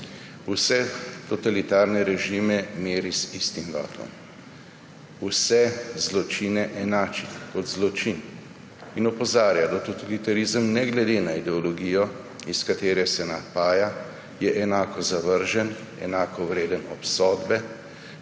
Vse totalitarne režime meri z istim vatlom. Vse zločine enači kot zločin in opozarja, da je totalitarizem ne glede na ideologijo, iz katere se napaja, enako zavržen, enako vreden obsodbe,